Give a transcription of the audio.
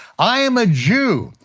i am a jew.